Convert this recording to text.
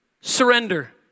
Surrender